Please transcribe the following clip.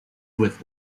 with